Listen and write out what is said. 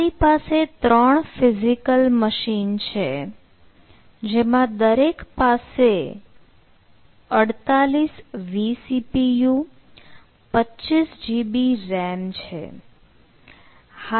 અમારી પાસે ત્રણ ફિઝિકલ મશીન છે જેમાં દરેક પાસે 48 vCPUs 25 GB RAM છે